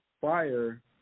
Fire